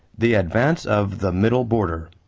the advance of the middle border